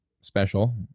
special